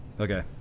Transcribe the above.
Okay